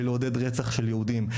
בלעודד רצח של יהודים,